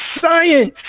science